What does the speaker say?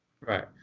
Right